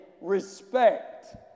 respect